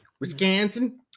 Wisconsin